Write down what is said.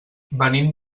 venim